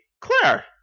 Claire